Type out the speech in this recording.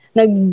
nag